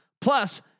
Plus